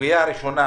הסוגיה הראשונה